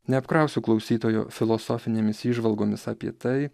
neapkrausiu klausytojų filosofinėmis įžvalgomis apie tai